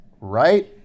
right